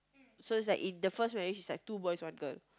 so is like in the first marriage is like two boys one girl